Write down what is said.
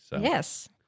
Yes